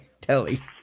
Telly